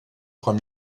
trois